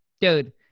dude